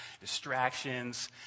distractions